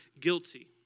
guilty